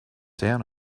down